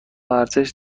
ارزش